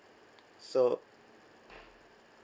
so